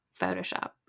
Photoshop